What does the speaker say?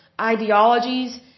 ideologies